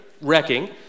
wrecking